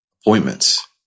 appointments